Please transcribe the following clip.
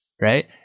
right